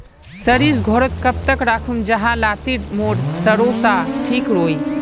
सरिस घोरोत कब तक राखुम जाहा लात्तिर मोर सरोसा ठिक रुई?